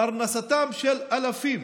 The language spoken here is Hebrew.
פרנסתם של אלפים